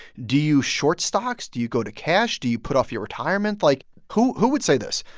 do you short stocks? do you go to cash? do you put off your retirement? like, who who would say this?